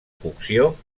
cocció